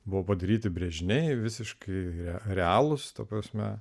buvo padaryti brėžiniai visiškai realūs ta prasme